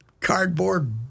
cardboard